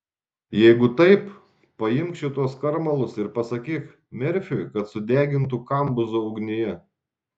jeigu taip paimk šituos skarmalus ir pasakyk merfiui kad sudegintų kambuzo ugnyje